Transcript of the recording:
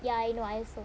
ya I know I also